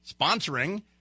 sponsoring